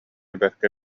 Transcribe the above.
бэркэ